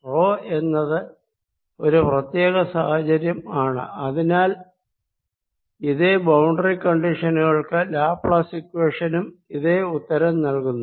raw 0 ആണെന്നത് ഒരു പ്രത്യേക സാഹചര്യം ആണ് അതിനാൽ ഇതേ ബൌണ്ടറി കണ്ടിഷനുകൾക്ക് ലാപ്ലേസ് ഇക്വേഷനും ഇതേ ഉത്തരം നൽകുന്നു